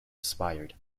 aspired